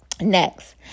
Next